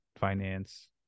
finance